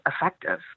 effective